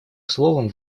словом